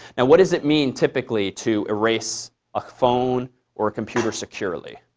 and what does it mean, typically, to erase a phone or a computer securely?